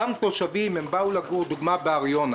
אותם תושבים באו לגור, בהר יונה